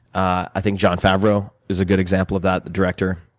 i think john favro is a good example of that the director.